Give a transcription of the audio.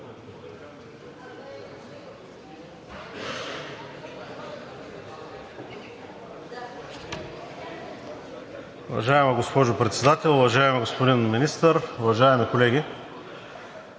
Уважаема госпожо Председател, уважаеми господин Министър, уважаеми колеги!